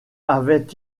avait